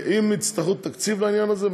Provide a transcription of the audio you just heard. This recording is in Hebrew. אם יצטרכו תקציב לעניין הזה,